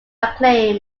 acclaim